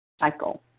cycle